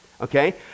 okay